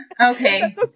Okay